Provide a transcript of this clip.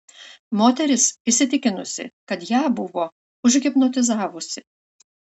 moteris įsitikinusi kad ją buvo užhipnotizavusi